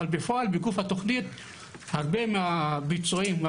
בפועל בגוף התוכנית הרבה מהפרויקטים